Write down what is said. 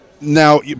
now